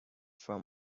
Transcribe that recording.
from